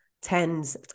tens